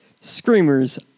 Screamers